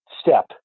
Step